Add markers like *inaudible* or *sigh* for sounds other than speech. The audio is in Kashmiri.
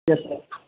*unintelligible*